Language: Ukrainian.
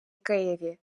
києві